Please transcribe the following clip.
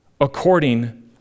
according